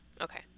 okay